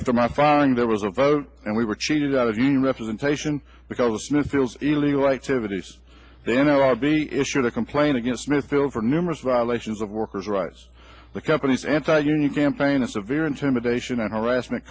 after my firing there was a vote and we were cheated out of the representation because missiles illegal activities then i'll be issued a complaint against smithville for numerous violations of workers rights the company's anti union campaign a severe intimidation and harassment